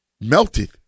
melted